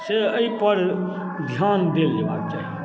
से एहिपर धिआन देल जएबाक चाही